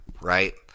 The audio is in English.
right